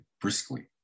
briskly